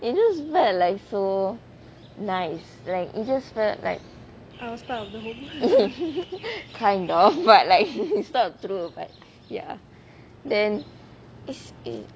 it just felt like so nice right it just felt like kind of but it's not true but ya then it's